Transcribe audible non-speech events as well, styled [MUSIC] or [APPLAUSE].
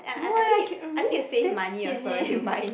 no eh it's damn sian eh [LAUGHS]